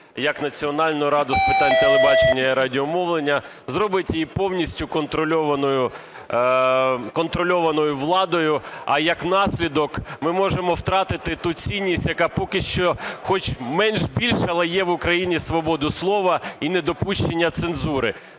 як Національну раду з питань телебачення і радіомовлення, зробить її повністю контрольованою, контрольованою владою, а як наслідок, ми можемо втратити цю цінність, яка поки що хоч менш-більш, але є в Україні свобода слова і недопущення цензури.